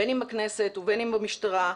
בין אם בכנסת ובין אם במשטרה,